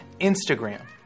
Instagram